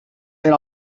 per